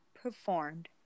performed